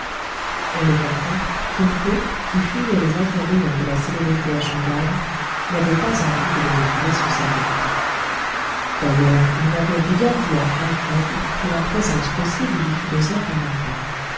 on le comprend kin fo qui fuyait les inconvénients de la célébrité à shang haï n'avait pas envie de les retrouver sur sa route d'ailleurs il n'avait rien dit à fry craig de la présence possible du philosophe à